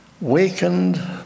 wakened